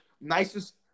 nicest